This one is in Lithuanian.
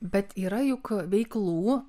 bet yra juk veiklų